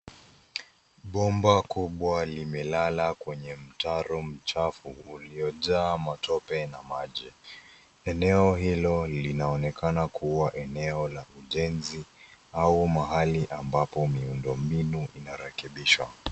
Bomba kubwa limelala kwenye mtaro mchafu uliojaa matope na maji. Eneo hilo linaonekana kuwa eneo la ujenzi au mahali ambapo miundombinu inarekebishwa.